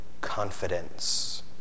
confidence